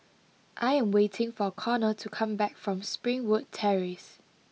I am waiting for Connor to come back from Springwood Terrace